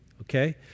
Okay